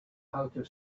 outer